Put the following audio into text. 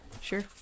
Sure